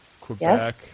Quebec